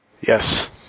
Yes